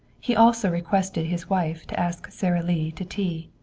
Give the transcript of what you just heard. he also requested his wife to ask sara lee to tea.